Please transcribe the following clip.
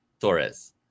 Torres